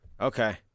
Okay